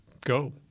go